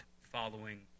following